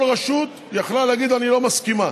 הייתה שכל רשות יכלה להגיד: אני לא מסכימה.